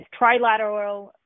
trilateral